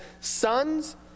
sons